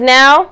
now